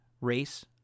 race